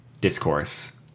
discourse